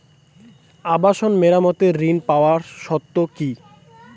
আবাসন মেরামতের ঋণ পাওয়ার শর্ত কি?